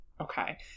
Okay